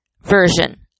version